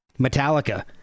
Metallica